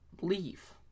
leave